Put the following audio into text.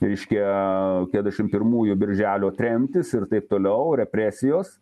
reiškia keturiasdešim pirmųjų birželio tremtys ir taip toliau represijos